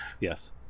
Yes